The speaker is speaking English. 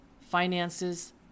finances